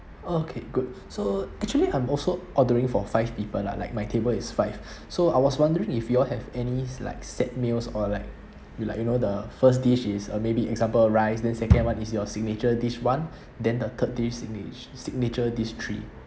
okay good so actually I'm also ordering for five people lah like my table is five so I was wondering if you all have any like set meals or like you like you know the first dish is uh maybe example rice then second one is your signature dish one then the third dish is signature dish three